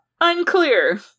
Unclear